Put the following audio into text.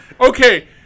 okay